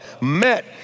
met